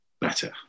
better